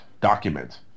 document